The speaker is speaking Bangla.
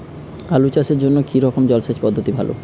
আলু চাষের জন্য কী রকম জলসেচ পদ্ধতি ভালো?